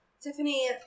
Tiffany